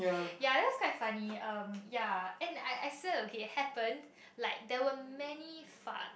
ya that's quite funny um ya and I I swear okay happened like they were many fart